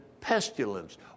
pestilence